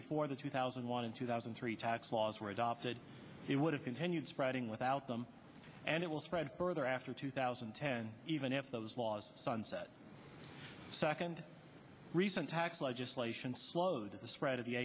before the two thousand and one and two thousand and three tax laws were adopted it would continued spreading without them and it will spread further after two thousand and ten even if those laws sunset second recent tax legislation slowed the spread of the